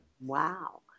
Wow